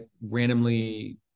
randomly